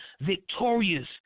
victorious